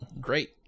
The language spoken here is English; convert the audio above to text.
great